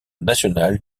national